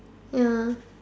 ya